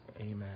amen